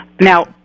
now